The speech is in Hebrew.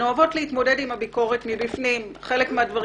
הן אוהבות להתמודד עם הביקורת מבפנים חלק מהמקרים